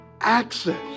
access